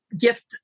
gift